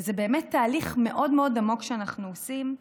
וזה באמת תהליך מאוד מאוד עמוק שאנחנו עושים.